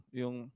yung